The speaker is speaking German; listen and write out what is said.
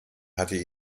hatte